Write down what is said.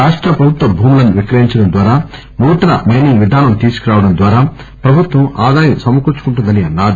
రాష్ట ప్రభుత్వ భూములను విక్రయించడం ద్వారా నూతన మైనింగ్ విధానం తీసుకురావడం ద్వారా ప్రభుత్వం ఆదాయం సమకూర్చుకుంటుందని అన్నారు